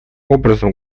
образом